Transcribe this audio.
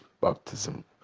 baptism